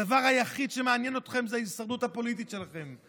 הדבר היחיד שמעניין אתכם זה ההישרדות הפוליטית שלכם.